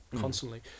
constantly